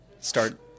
start